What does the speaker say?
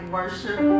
Worship